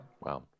Wow